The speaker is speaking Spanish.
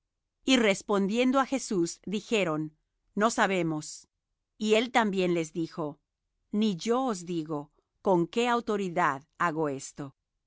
y respondiendo á jesús dijeron no sabemos y él también les dijo ni yo os digo con qué autoridad hago esto